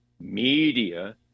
media